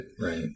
right